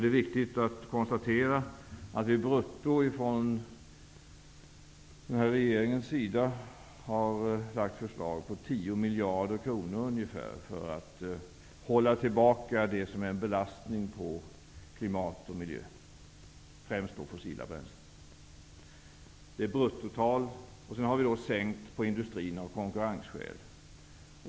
Det är viktigt att konstatera att vi brutto från regeringens sida har lagt fram förslag på ungefär 10 miljarder kronor för att hålla tillbaka sådant som utgör en belastning på klimat och miljö, främst fossila bränslen. Det är ett bruttotal. Vi har av konkurrensskäl gjort sänkningar när det gäller industrin.